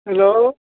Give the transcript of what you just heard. hello